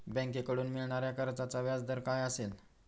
बँकेकडून मिळणाऱ्या कर्जाचा व्याजदर काय असेल?